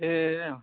ए अँ